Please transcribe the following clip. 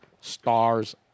stars